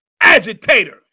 Agitator